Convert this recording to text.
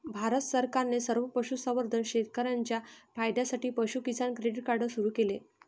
भारत सरकारने सर्व पशुसंवर्धन शेतकर्यांच्या फायद्यासाठी पशु किसान क्रेडिट कार्ड सुरू केले